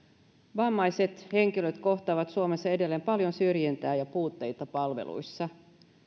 vammaiset henkilöt kohtaavat suomessa edelleen paljon syrjintää ja puutteita palveluissa